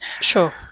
sure